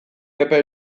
epe